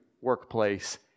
workplace